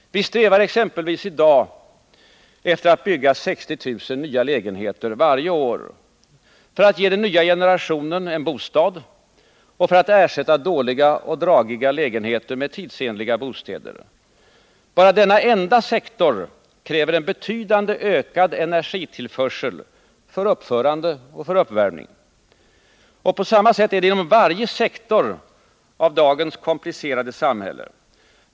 Vi strävar exempelvis också i dag efter att bygga 60 000 nya lägenheter varje år för att kunna ge den nya generationen bostäder och för att ersätta dåliga och dragiga lägenheter med tidsenliga bostäder. Bara denna enda sektor kräver en betydligt ökad energitillförsel — för uppförande och för uppvärmning. På samma sätt är det inom varje sektor av dagens komplicerade samhälle.